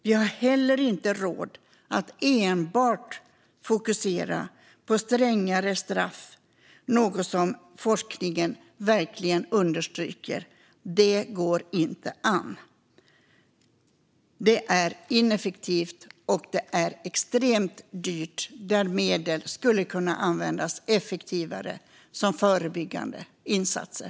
Vi har heller inte råd att enbart fokusera på strängare straff; det är något som forskningen verkligen understryker. Det går inte an. Det är ineffektivt och extremt dyrt. Dessa medel skulle kunna användas effektivare till förebyggande insatser.